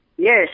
Yes